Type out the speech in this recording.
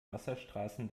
wasserstraßen